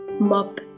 mop